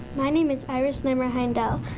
my name is iris leberheindell.